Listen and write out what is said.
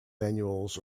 manuals